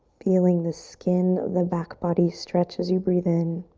feeling the skin of the back body stretch as you breathe in.